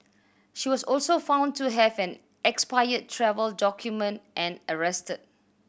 she was also found to have an expired travel document and arrested